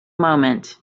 moment